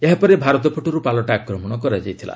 ଏହାପରେ ଭାରତ ପଟରୁ ପାଲଟା ଆକ୍ରମଣ କରାଯାଇଥିଲା